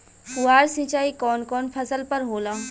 फुहार सिंचाई कवन कवन फ़सल पर होला?